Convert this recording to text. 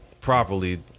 properly